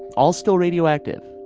all still radioactive,